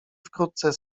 wkrótce